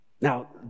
Now